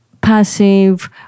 passive